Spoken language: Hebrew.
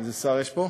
איזה שר יש פה?